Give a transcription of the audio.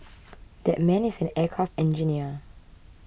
that man is an aircraft engineer